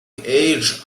age